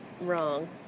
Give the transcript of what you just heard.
wrong